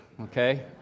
okay